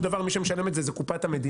מי שמשלם את זה בסופו של דבר זה קופת המדינה,